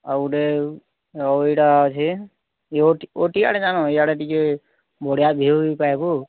ଆଉ ଗୁଟେ ଆଉ ଏଇଟା ଅଛି ଓଟି ଓଟି ଆଡ଼େ ଟାଣ ଇୟାଡ଼େ ଟିକେ ବଢ଼ିଆ ଭିୟ୍ୟୁ ପାଇବ